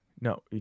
No